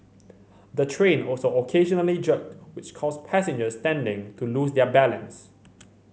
the train also occasionally jerked which caused passengers standing to lose their balance